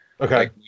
okay